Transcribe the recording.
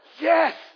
yes